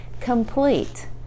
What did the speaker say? complete